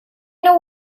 know